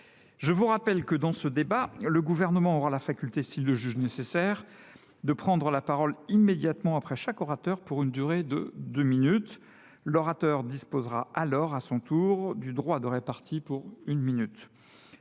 sur la défense. Dans ce débat, le Gouvernement aura la faculté, s’il le juge nécessaire, de prendre la parole immédiatement après chaque orateur pour une durée de deux minutes ; l’auteur de la question disposera alors à son tour du droit de répartie pendant une minute.